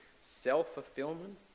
self-fulfillment